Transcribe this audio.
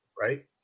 right